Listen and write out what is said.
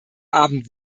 abend